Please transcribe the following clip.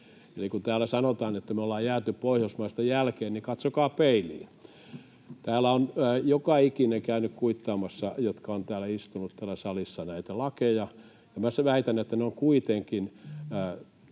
kuin täällä sanotaan, että me ollaan jääty Pohjoismaista jälkeen, niin katsokaa peiliin. Täällä on joka ikinen, joka on täällä salissa istunut, käynyt kuittaamassa näitä lakeja, ja myös väitän, että ne ovat kuitenkin